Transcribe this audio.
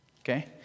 Okay